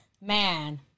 Man